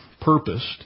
purposed